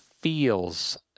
feels